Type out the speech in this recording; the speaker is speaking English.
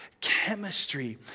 chemistry